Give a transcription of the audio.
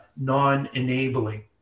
non-enabling